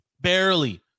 barely